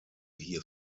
hier